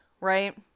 right